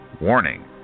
Warning